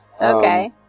Okay